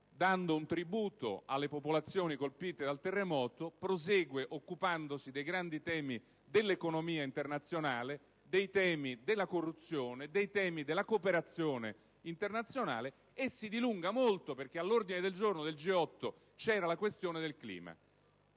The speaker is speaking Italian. dando un tributo alle popolazioni colpite dal terremoto e prosegue occupandosi dei grandi temi dell'economia internazionale, della corruzione e della cooperazione internazionale e si dilunga molto, perché era all'ordine del giorno del G8, sulla questione del clima.